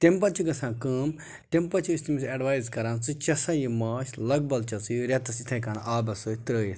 تٔمۍ پَتہٕ چھِ گژھان کٲم تٔمۍ پَتہٕ چھِ أسۍ تٔمِس ایٚڈوایز کَران ژٕ چےٚ یہِ ماچھ لگ بَگ چےٚ ژٕ یہِ رٮ۪تَس یِتھَے کَن آبَس سۭتۍ ترٛٲیِتھ